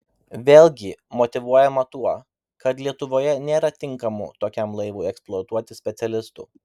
vėlgi motyvuojama tuo kad lietuvoje nėra tinkamų tokiam laivui eksploatuoti specialistų